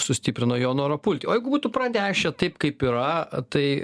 sustiprino jo norą pulti o jeigu būtų pranešę taip kaip yra tai